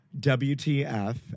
WTF